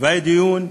והיה דיון,